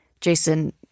Jason